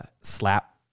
slap